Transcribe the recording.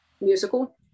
musical